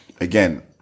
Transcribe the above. again